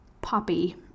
poppy